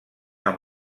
amb